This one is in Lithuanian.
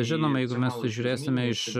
žinoma jeigu mes žiūrėsime iš